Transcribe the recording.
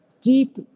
deep